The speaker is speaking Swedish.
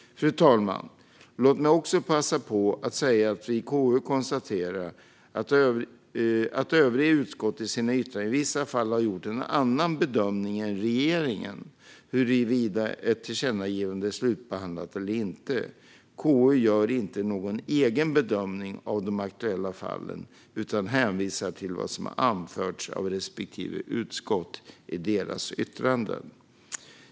Fru talman! Låt mig också passa på att säga att vi i KU konstaterar att övriga utskott i sina yttranden i vissa fall har gjort en annan bedömning än regeringen av huruvida ett tillkännagivande är slutbehandlat eller inte. KU gör inte någon egen bedömning av de aktuella fallen utan hänvisar till vad som anförts av respektive utskott i deras yttranden.